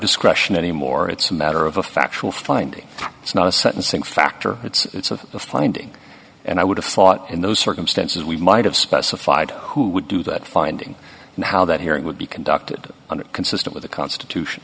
discretion anymore it's a matter of a a factual finding it's not a sentencing factor it's a finding and i would have thought in those circumstances we might have specified who would do that finding and how that hearing would be conducted under consistent with a constitution